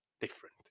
different